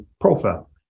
profile